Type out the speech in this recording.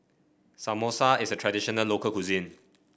Samosa is a traditional local cuisine